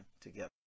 together